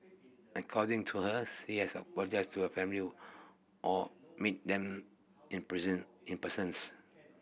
according to her apologised to her family were or meet them in in persons